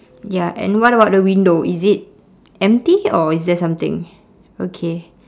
ya and what about the window is it empty or is there something okay